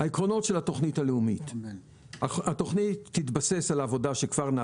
העקרונות של התוכנית הלאומית: כפי שאמרתי,